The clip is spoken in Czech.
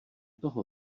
toho